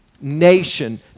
nation